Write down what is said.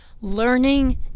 learning